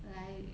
like